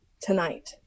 tonight